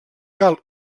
cal